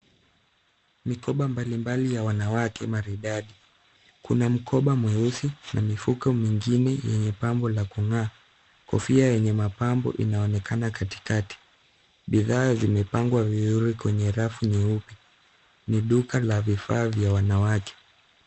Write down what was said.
Mikoba mbalimbali ya wanawake maridadi. Kuna mkobwa mweusi na mifuko mingine yenye pambo la kung'aa. Kofia yenye mapambo inaonekana katikati. Bidhaa zimepangwa vizuri kwenye rafu nyeupe. Ni duka la vifaa vya wanawake.